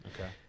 Okay